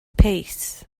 pace